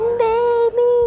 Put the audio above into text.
baby